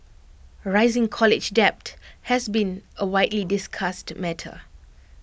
rising college debt has been A widely discussed matter